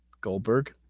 Goldberg